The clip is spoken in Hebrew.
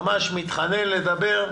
הוא ממש מתחנן לדבר,